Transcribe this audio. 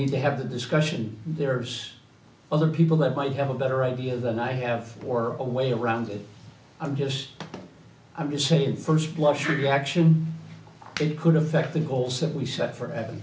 need to have the discussion there are such other people that might have a better idea than i have or a way around it i'm just i'm just saying first blush reaction and it could affect the goals that we set for